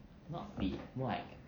not fit more like